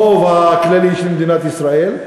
החוב הכללי של מדינת ישראל,